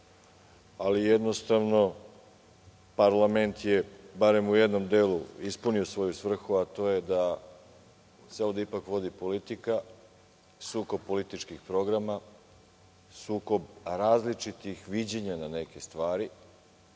ali jednostavno parlament je barem u jednom delu ispunio svoju svrhu, a to je da se ovde ipak vodi politika, sukob političkih programa, sukob različitih viđenja nekih stvari